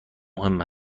مهم